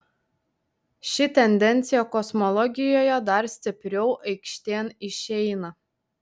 ši tendencija kosmologijoje dar stipriau aikštėn išeina